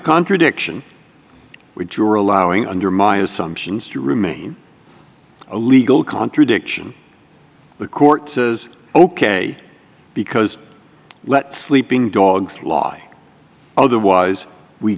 contradiction with your allowing under my assumptions to remain a legal contradiction the court says ok because let sleeping dogs lie otherwise we